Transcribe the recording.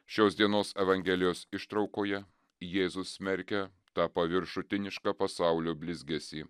šios dienos evangelijos ištraukoje jėzus smerkia tą paviršutinišką pasaulio blizgesį